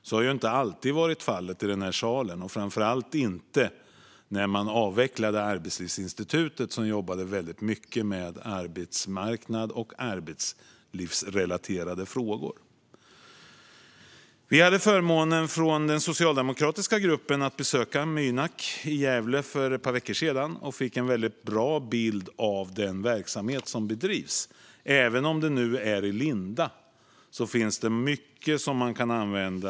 Så har inte alltid varit fallet i den här salen, framför allt inte när man avvecklade Arbetslivsinstitutet, som jobbade väldigt mycket med arbetsmarknadsfrågor och arbetslivsrelaterade frågor. Vi från den socialdemokratiska gruppen hade förmånen att besöka Mynak i Gävle för ett par veckor sedan. Vi fick en väldigt bra bild av den verksamhet som bedrivs där. Även om den är i sin linda finns det mycket som man kan använda.